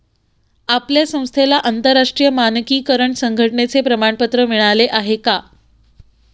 आपल्या संस्थेला आंतरराष्ट्रीय मानकीकरण संघटने चे प्रमाणपत्र मिळाले आहे का?